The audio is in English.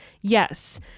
Yes